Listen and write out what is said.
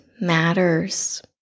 matters